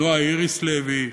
נועה איריס לוי,